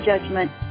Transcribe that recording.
judgment